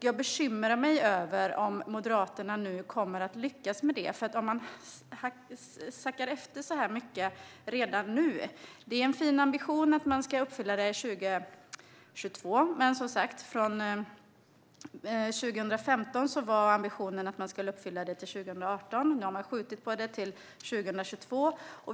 Jag bekymrar mig över om Moderaterna nu kommer att lyckas med detta om man faktiskt sackar efter så här mycket redan nu. Det är en fin ambition att man ska uppfylla målet 2022, men 2015 var ambitionen att man skulle uppfylla det 2018. Nu har man skjutit på detta till 2022.